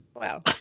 Wow